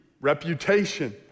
reputation